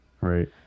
Right